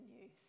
news